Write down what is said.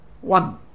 one